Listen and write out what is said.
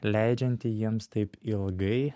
leidžianti jiems taip ilgai